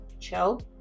chill